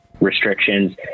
restrictions